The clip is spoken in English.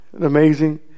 Amazing